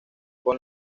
con